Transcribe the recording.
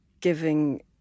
giving